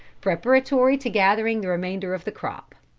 preparatory to gathering the remainder of the crop.